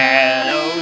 Hello